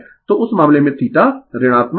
तो उस मामले में θ ऋणात्मक है